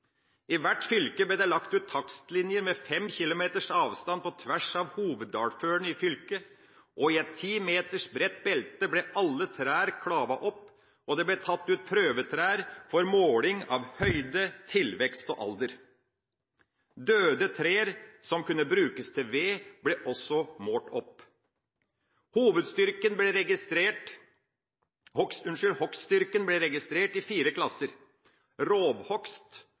i 1919. I hvert fylke ble det ble lagt ut takstlinjer med fem kilometers avstand på tvers av hoveddalførene i fylkene. I et ti meter bredt belte ble alle trær klavet opp, og det ble tatt ut prøvetrær for måling av høyde, tilvekst og alder. Døde trær som kunne brukes til ved, ble også målt opp. Hogststyrken ble registrert